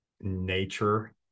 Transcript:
nature